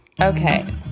Okay